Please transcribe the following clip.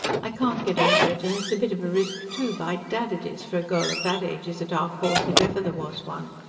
i can't get over it, and it's a bit of a risk, too, by dad it is, for a girl of that age is a dark horse if ever there was one.